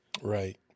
Right